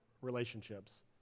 relationships